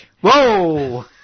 Whoa